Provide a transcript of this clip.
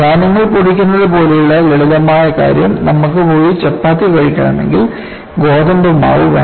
ധാന്യങ്ങൾ പൊടിക്കുന്നത് പോലുള്ള ലളിതമായ കാര്യം നമുക്ക് പോയി ചപ്പാത്തി കഴിക്കണമെങ്കിൽ ഗോതമ്പ് മാവ് വേണം